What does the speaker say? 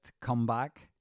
comeback